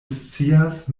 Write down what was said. scias